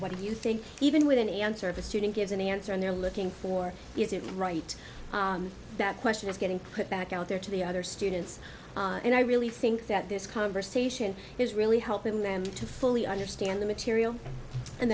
what do you think even with an answer if a student gives an answer and they're looking for is it right that question is getting put back out there to the other students and i really think that this conversation is really helping them to fully understand the material and